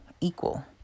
equal